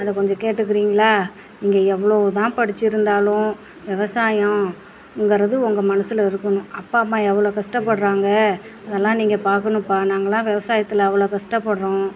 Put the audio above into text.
அதை கொஞ்சம் கேட்டுக்கிறீங்களா நீங்கள் எவ்வளோ தான் படித்திருந்தாலும் விவசாயம்கிறது உங்கள் மனசில் இருக்கணும் அப்பா அம்மா எவ்வளோ கஷ்டப்படுறாங்க அதெல்லாம் நீங்கள் பார்க்கணும்பா நாங்கள்லாம் விவசாயத்துல அவ்வளோ கஷ்டப்படுறோம்